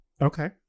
Okay